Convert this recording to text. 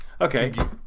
okay